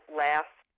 last